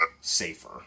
safer